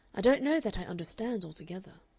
i don't know that i understand altogether.